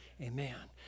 Amen